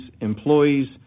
employees